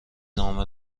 نامه